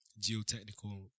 geotechnical